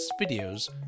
videos